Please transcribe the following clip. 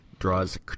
draws